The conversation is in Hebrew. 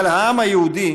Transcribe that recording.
אבל העם היהודי